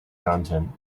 content